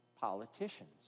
politicians